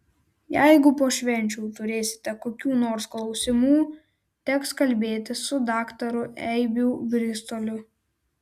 jeigu po švenčių turėsite kokių nors klausimų teks kalbėtis su daktaru eibių bristoliu